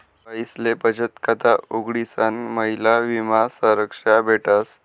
बाईसले बचत खाता उघडीसन महिला विमा संरक्षा भेटस